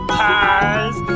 pies